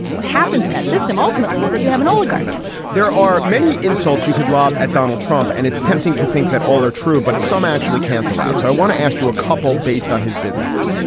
what happens in that system ultimately is that you have an oligarchy there are many insults you could lob at donald trump. and it's tempting to think that all are true, but some actually cancel out. so i want to ask you a couple based on his businesses.